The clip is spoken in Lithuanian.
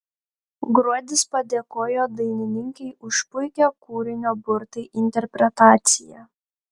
gruodis padėkojo dainininkei už puikią kūrinio burtai interpretaciją